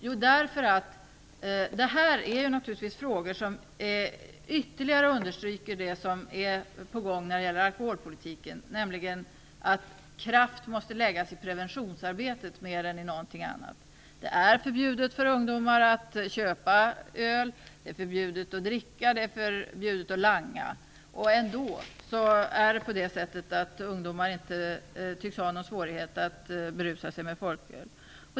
Jo, därför att detta är frågor som ytterligare understryker det som är på gång när det gäller alkoholpolitiken, nämligen att kraft måste läggas på preventionsarbetet mer än på något annat. Det är förbjudet för ungdomar att köpa öl. Det är förbjudet för ungdomar att dricka öl. Och det är förbjudet att langa. Ändå tycks ungdomar inte ha någon svårighet att berusa sig med folköl.